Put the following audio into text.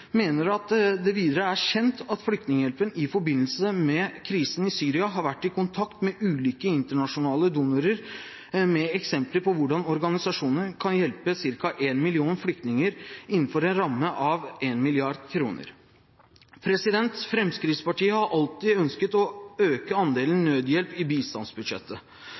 mener at det videre er kjent at Flyktninghjelpen i forbindelse med krisen i Syria har vært i kontakt med ulike internasjonale donorer med eksempler på hvordan organisasjonen kan hjelpe ca. 1 million flyktninger innenfor en ramme av 1 mrd. kr. Fremskrittspartiet har alltid ønsket å øke andelen nødhjelp i bistandsbudsjettet.